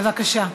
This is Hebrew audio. בבקשה.